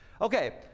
Okay